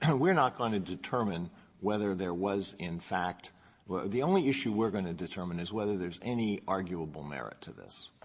and we're not going to determine whether there was, in fact the only issue we're going to determine is whether there's any arguable merit to this?